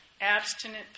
abstinent